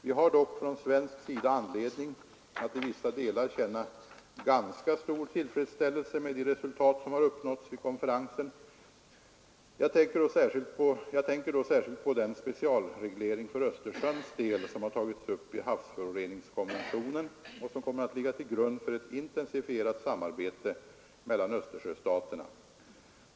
Vi har dock från svensk sida anledning att i vissa delar känna ganska stor tillfredsställelse med de resultat som har uppnåtts vid konferensen. Jag tänker då särskilt på den specialreglering för Östersjöns del som har tagits upp i havsföroreningskonventionen och som kommer att ligga till grund för ett intensifierat samarbete mellan Östersjöstaterna.